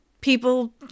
people